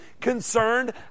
concerned